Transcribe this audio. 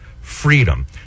freedom